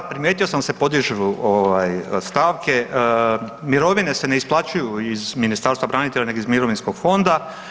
Da, primijetio sam da se podižu ovaj stavke, mirovine se ne isplaćuju iz Ministarstva branitelja nego iz mirovinskog fonda.